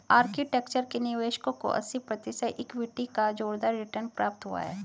architecture के निवेशकों को अस्सी प्रतिशत इक्विटी का जोरदार रिटर्न प्राप्त हुआ है